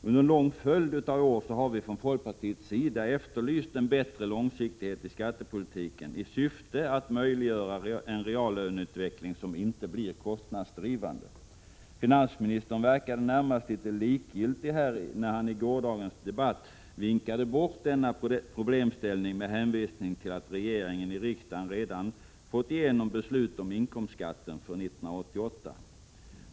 Under en lång följd av år har vi från folkpartiets sida efterlyst en bättre långsiktighet i skattepolitiken i syfte att möjliggöra en reallöneutveckling som inte blir kostnadsdrivande. Finansministern verkade nästan likgiltig när han i gårdagens debatt vinkade bort denna problemställning med hänvisning till att regeringen hos riksdagen redan fått igenom beslut om inkomstbeskattningen för 1988.